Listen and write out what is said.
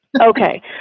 Okay